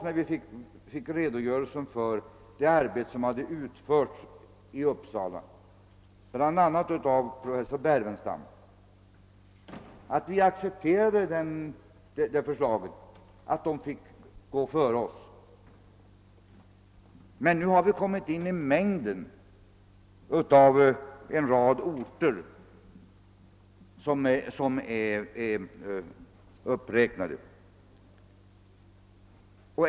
När vi fick redogörelsen för det arbete som hade utförts i Uppsala, av bl.a. professor Berfenstam, accepterade vi förslaget att Tierp skulle gå före oss, men nu har Vilhelmina kommit in i den mängd av orter som finns uppräknade.